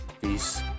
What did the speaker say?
Peace